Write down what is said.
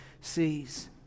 sees